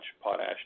potash